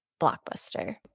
Blockbuster